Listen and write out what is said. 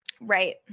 right